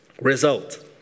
Result